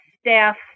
staff